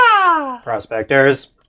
Prospectors